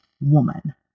woman